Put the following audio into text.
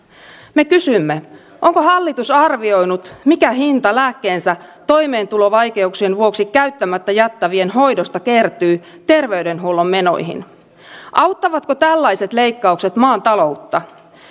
me kysymme onko hallitus arvioinut mikä hinta lääkkeensä toimeentulovaikeuksien vuoksi käyttämättä jättävien hoidosta kertyy terveydenhuollon menoihin auttavatko tällaiset leikkaukset maan taloutta